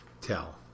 tell